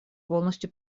полностью